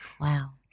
Wow